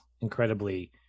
incredibly